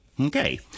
okay